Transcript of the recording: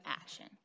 action